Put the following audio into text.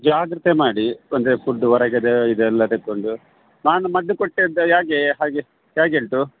ಜಾಗ್ರತೆ ಮಾಡಿ ಅಂದರೆ ಫುಡ್ ಹೊರಗದ ಇದೆಲ್ಲ ತಗೊಂಡು ನಾನು ಮದ್ದು ಕೊಟ್ಟದ್ದೆ ಹೇಗೆ ಹಾಗೆ ಹೇಗೆ ಉಂಟು